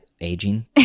aging